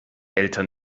eltern